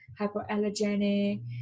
hypoallergenic